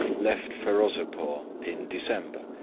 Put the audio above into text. left ferozepore in december,